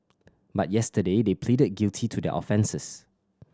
but yesterday they pleaded guilty to their offences